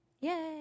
Yay